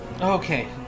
Okay